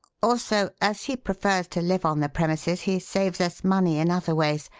also, as he prefers to live on the premises, he saves us money in other ways.